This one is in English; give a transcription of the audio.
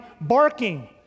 barking